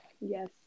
Yes